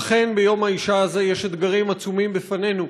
אכן, ביום האישה הזה יש אתגרים עצומים בפנינו.